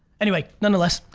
anyway, nonetheless,